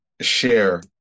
share